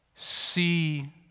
See